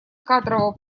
кадрового